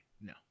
No